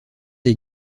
est